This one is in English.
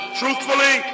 truthfully